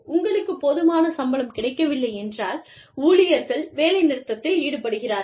உங்களுக்கு போதுமான சம்பளம் கிடைக்கவில்லை என்றால் ஊழியர்கள் வேலைநிறுத்தத்தில் ஈடுபடுகிறார்கள்